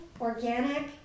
organic